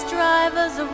Drivers